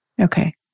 Okay